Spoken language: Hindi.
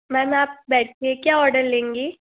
मेम आप बैठिए क्या ऑर्डर लेंगी